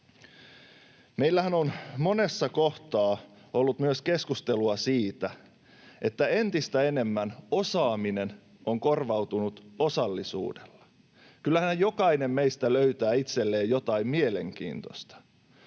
Meillähän on monessa kohtaa ollut myös keskustelua siitä, että entistä enemmän osaaminen on korvautunut osallisuudella. Kyllähän jokainen meistä löytää itselleen jotain mielenkiintoista,